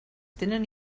tenen